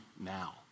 now